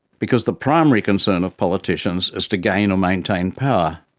because the primary concern of politicians is to gain or maintain power.